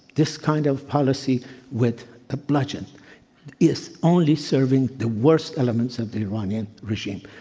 this kind of policy with a bludgeon is only serving the worst elements of the iranian regime.